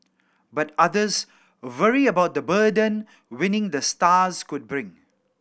but others worry about the burden winning the stars could bring